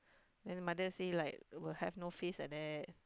then the mother say like will have no face like that